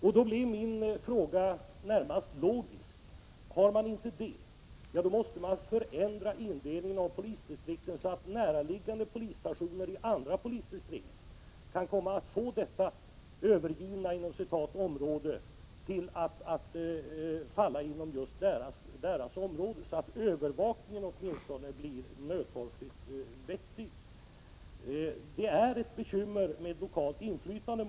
Min slutsats är då närmast logisk: Om polisstyrelsen inte har dessa resurser, måste indelningen av polisdistrikten förändras så att näraliggande polisstationer i andra polisdistrikt kan få detta ”övergivna” område att falla inom just deras område, för att övervakningen åtminstone nödtorftigt skall bli vettig. Det är måhända ibland ett bekymmer med lokalt inflytande.